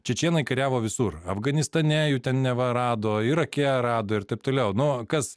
čečėnai kariavo visur afganistane jų ten neva rado irake rado ir taip toliau nu kas